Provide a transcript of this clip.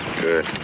Good